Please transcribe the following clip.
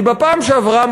כי בפעם שעברה,